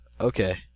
Okay